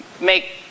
make